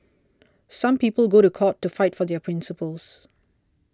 some people go to court to fight for their principles